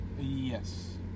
Yes